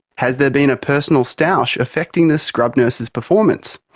has there been a personal stoush affecting the scrub nurse's performance?